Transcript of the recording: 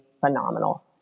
phenomenal